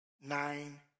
nine